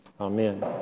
Amen